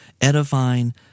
edifying